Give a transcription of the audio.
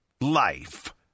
life